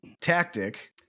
tactic